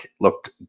looked